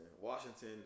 Washington